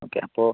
okay അപ്പോൾ